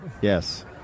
Yes